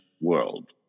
world